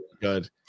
good